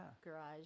garage